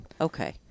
Okay